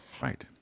right